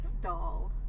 doll